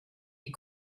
die